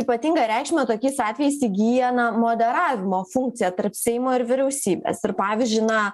ypatingą reikšmę tokiais atvejais įgyja moderavimo funkcija tarp seimo ir vyriausybės ir pavyzdžiui na